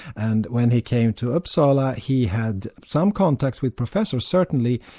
and when he came to uppsala, he had some contacts with professors, certainly,